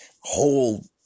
whole